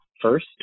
first